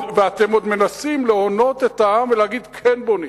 ואתם עוד מנסים להונות את העם ולהגיד, כן בונים.